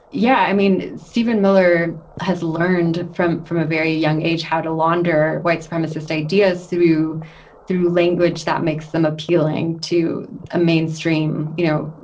yeah. i mean, stephen miller has learned from from a very young age how to launder white supremacist ideas through through language that makes them appealing to a mainstream, you know,